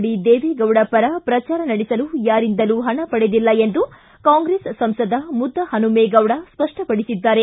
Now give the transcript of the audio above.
D Deve Gowda ಪರ ಪ್ರಚಾರ ನಡೆಸಲು ಯಾರಿಂದಲೂ ಹಣ ಪಡೆದಿಲ್ಲ ಎಂದು ಕಾಂಗ್ರೆಸ್ ಸಂಸದ ಮುದ್ದುಹನುಮೇಗೌಡ ಸ್ಪಷ್ಟ ಪಡಿಸಿದ್ದಾರೆ